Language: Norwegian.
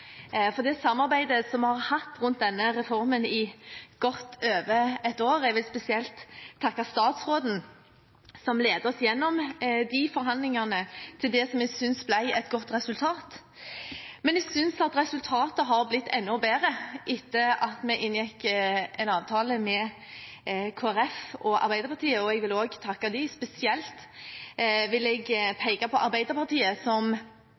for det samarbeidet vi har hatt rundt denne reformen i godt over et år. Jeg vil spesielt takke statsråden, som ledet oss gjennom forhandlingene til det jeg synes ble et godt resultat. Men jeg synes at resultatet er blitt enda bedre etter at vi inngikk en avtale med Kristelig Folkeparti og Arbeiderpartiet, og jeg vil også takke dem. Spesielt vil jeg peke på Arbeiderpartiet,